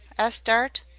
asked dart.